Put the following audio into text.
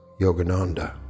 Yogananda